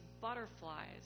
butterflies